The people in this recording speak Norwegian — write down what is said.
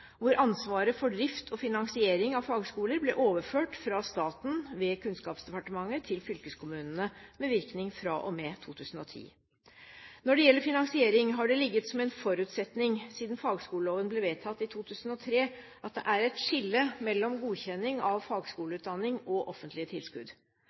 finansiering av fagskoler ble overført fra staten ved Kunnskapsdepartementet til fylkeskommunene, med virkning fra og med 2010. Når det gjelder finansiering, har det ligget som en forutsetning siden fagskoleloven ble vedtatt i 2003, at det er et skille mellom godkjenning av